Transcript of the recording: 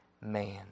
man